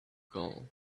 goal